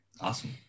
Awesome